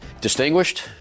Distinguished